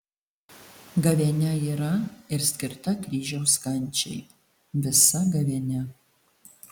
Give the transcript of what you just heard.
gavėnia yra ir skirta kryžiaus kančiai visa gavėnia